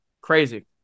crazy